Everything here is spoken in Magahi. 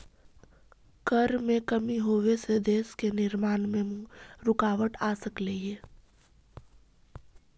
कर में कमी होबे से देश के निर्माण में रुकाबत आ सकलई हे